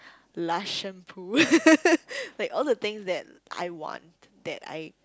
Lush shampoo like all the things that I want that I